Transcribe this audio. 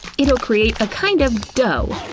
it'll create a kind of dough.